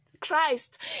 christ